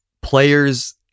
players